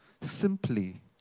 Simply